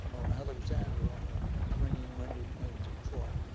or alexander on the rainy, windy plains of troy.